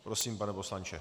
Prosím, pane poslanče.